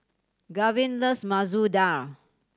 Gavyn loves Masoor Dal